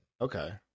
Okay